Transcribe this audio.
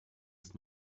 ist